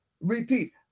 Repeat